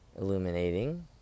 Illuminating